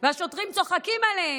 והשוטרים צוחקים עליהם.